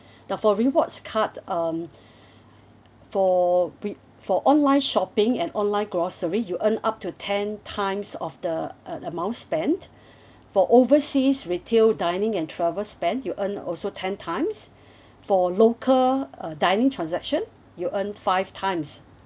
now for rewards card um for re~ for online shopping and online grocery you earn up to ten times of the uh amount spent for overseas retail dining and travel spend you earn also ten times for local uh dining transaction you earn five times